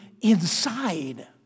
inside